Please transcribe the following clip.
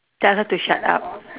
tell her to shut up